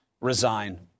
resign